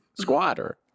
squatter